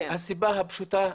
הסיבה הפשוטה,